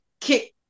kick